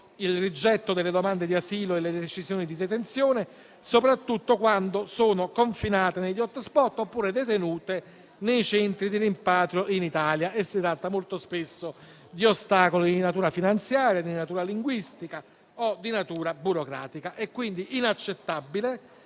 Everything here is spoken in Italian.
il rigetto delle domande di asilo e le decisioni di detenzione, soprattutto quando sono confinate negli *hotspot* oppure detenute nei centri di rimpatrio in Italia. E si tratta molto spesso di ostacoli di natura finanziaria, di natura linguistica o di natura burocratica. È quindi inaccettabile